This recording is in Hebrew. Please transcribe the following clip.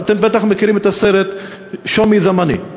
אתם בטח מכירים את Show me the money מהסרט.